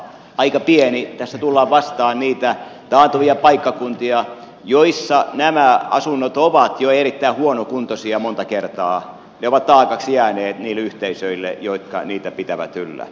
aika pieni mutta tässä tullaan vastaan niitä taantuvia paikkakuntia joissa nämä asunnot ovat jo erittäin huonokuntoisia monta kertaa ja ne ovat taakaksi jääneet niille yhteisöille jotka niitä pitävät yllä